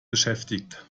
beschäftigt